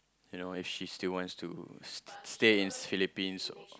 you know if she still wants to stay in Philippines or